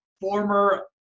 former